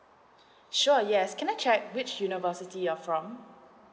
sure yes can I check which university you are from